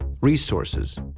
resources